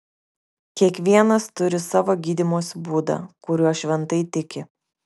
kiekvienas turi savo gydymosi būdą kuriuo šventai tiki